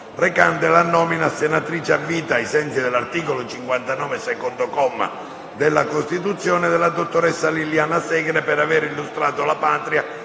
recante la nomina a senatrice a vita, ai sensi dell'articolo 59, secondo comma, della Costituzione, della dottoressa Liliana Segre, per avere illustrato la patria